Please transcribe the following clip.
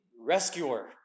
rescuer